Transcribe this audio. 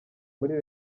muri